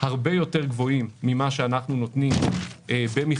הרבה יותר גבוהים ממה שאנחנו נותנים במכרזים